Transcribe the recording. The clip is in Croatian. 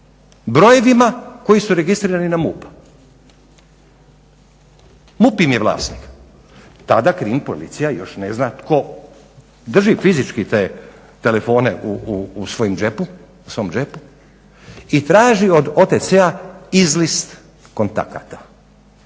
brojevima koji su registrirani na MUP-u, MUP im je vlasnik. Tada Krim policija još ne zna tko drži fizički te telefone u svom džepu i traži od OTC-a izlist kontakata.